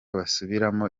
basubiramo